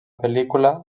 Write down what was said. pel·lícula